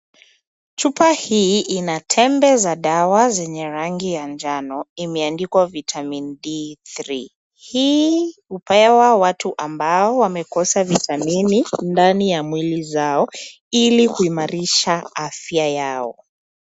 Chupa hii ina tembe za dawa zenye rangi ya njano ,imeandikwa vitamin D3.Hii hupewa watu ambao wamekosa vitamini ndani ya mwili zao, ili kuimarisha afya yao.